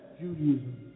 Judaism